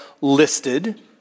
listed